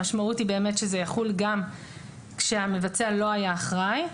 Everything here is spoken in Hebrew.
המשמעות היא שזה יחול גם כאשר המבצע לא היה אחראי.